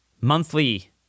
Monthly